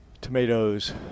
tomatoes